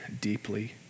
deeply